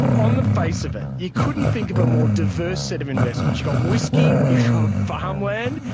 on the face of it, you couldn't think of a more diverse set of investments, you've got whisky, you've got farmland,